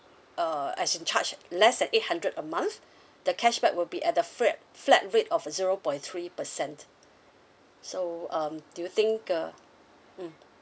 uh as in charge less than eight hundred a month the cashback will be at a flat flat rate of a zero point three percent so um do you think uh mm